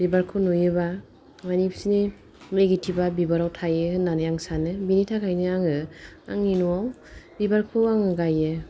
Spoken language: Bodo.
बिबारखौ नुयोबा माने बिसोरनि नेगेटिबा बिबाराव थायो होनानै आं सानो बिनि थाखायनो आङो आंनि न'आव बिबारखौ आङो गायो